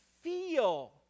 feel